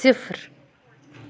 صِفر